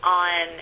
on